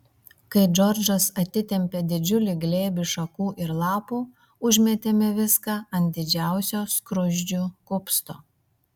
kai džordžas atitempė didžiulį glėbį šakų ir lapų užmėtėme viską ant didžiausio skruzdžių kupsto